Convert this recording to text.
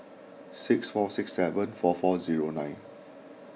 six four six seven four four zero nine